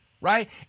Right